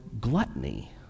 gluttony